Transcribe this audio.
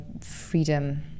freedom